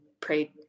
prayed